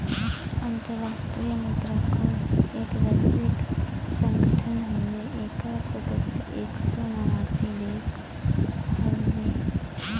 अंतराष्ट्रीय मुद्रा कोष एक वैश्विक संगठन हउवे एकर सदस्य एक सौ नवासी देश हउवे